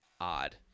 odd